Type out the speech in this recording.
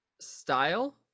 style